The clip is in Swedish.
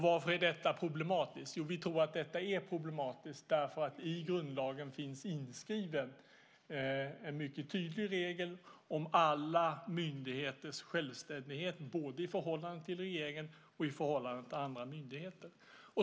Varför är detta problematiskt? Vi tror att detta är problematiskt därför att i grundlagen finns inskriven en mycket tydlig regel om alla myndigheters självständighet, både i förhållande till regeringen och i förhållande till andra myndigheter.